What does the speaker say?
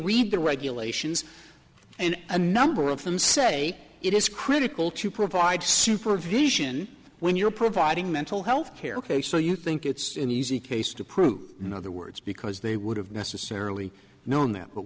read the regulations and a number of them say it is critical to provide supervision when you're providing mental health care ok so you think it's an easy case to prove in other words because they would have necessarily known them but